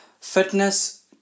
Fitness